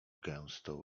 gęstą